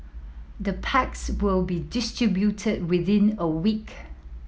the packs will be distributed within a week